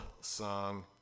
song